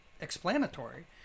explanatory